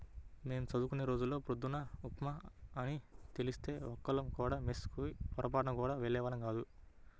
మేం చదువుకునే రోజుల్లో పొద్దున్న ఉప్మా అని తెలిస్తే ఒక్కళ్ళం కూడా మెస్ కి పొరబాటున గూడా వెళ్ళేవాళ్ళం గాదు